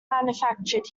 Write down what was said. manufactured